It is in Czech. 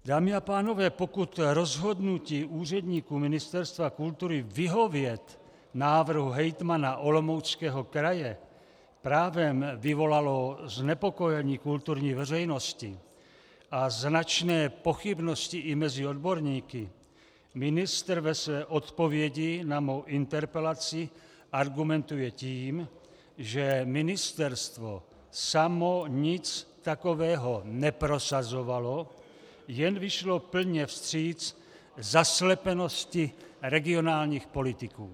Dámy a pánové, pokud rozhodnutí úředníků Ministerstva kultury vyhovět návrhu hejtmana Olomouckého kraje právem vyvolalo znepokojení kulturní veřejnosti a značné pochybnosti i mezi odborníky, ministr ve své odpovědi na mou interpelaci argumentuje tím, že Ministerstvo samo nic takového neprosazovalo, jen vyšlo plně vstříc zaslepenosti regionálních politiků.